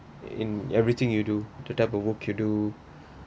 in everything you do the type of work you do